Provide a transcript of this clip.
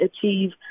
achieve